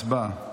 הצבעה.